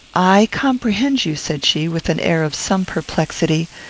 i comprehend you, said she, with an air of some perplexity.